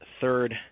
third